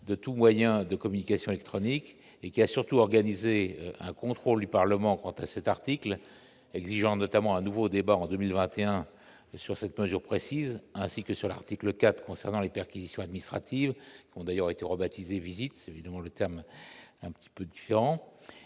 de tout moyen de communications extra et qui a surtout organisé un contrôle du Parlement quant à cet article, exigeant notamment à nouveau débat en 2021 sur cette mesure précise ainsi que sur l'article 4 concernant les perquisitions administratives qu'on aille ont été rebaptisée visite évidemment le terme un petit peu différent,